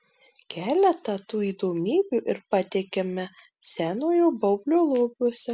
keletą tų įdomybių ir pateikiame senojo baublio lobiuose